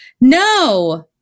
No